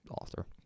author